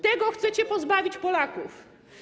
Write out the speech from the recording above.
Tego chcecie pozbawić Polaków.